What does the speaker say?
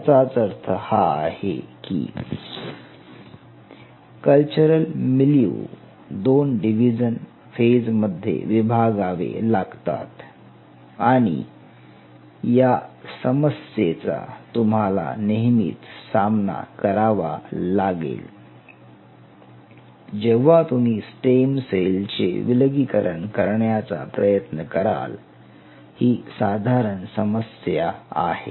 याचाच अर्थ हा आहे की कल्चरल मिलिऊ दोन डिव्हिजन फेज मध्ये विभागावे लागतात आणि या समस्येचा तुम्हाला नेहमीच सामना करावा लागेल जेव्हा तुम्ही स्टेम सेल चे विलगीकरण करण्याचा प्रयत्न कराल ही साधारण समस्या आहे